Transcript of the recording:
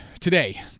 today